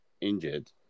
injured